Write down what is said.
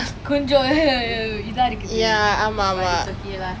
கொஞ்சம் இதா இருக்கு:konjam itha irukku but it's okay lah